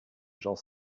gens